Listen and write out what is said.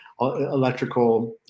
electrical